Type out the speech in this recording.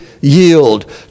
yield